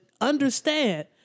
understand